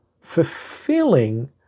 fulfilling